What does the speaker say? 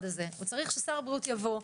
הוא צריך ששר הבריאות יבוא,